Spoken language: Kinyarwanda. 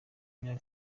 imyaka